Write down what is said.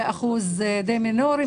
אחוז די מינורי.